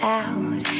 out